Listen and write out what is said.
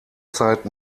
zeit